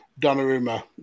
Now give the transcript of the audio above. Donnarumma